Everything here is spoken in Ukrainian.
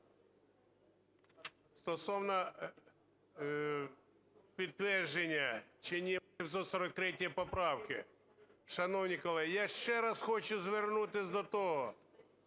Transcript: Стосовно підтвердження чи ні 843 поправки. Шановні колеги, я ще раз хочу звернутись до того,